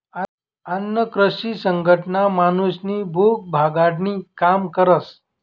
अन्न कृषी संघटना माणूसनी भूक भागाडानी काम करस